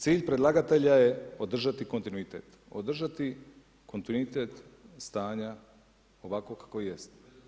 Cilj predlagatelja je održati kontinuitet, održati kontinuitet stanja ovakvog kakvo jest.